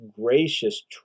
gracious